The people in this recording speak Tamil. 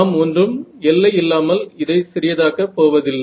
நாம் ஒன்றும் எல்லையில்லாமல் இதை சிறியதாக்க போவதில்லை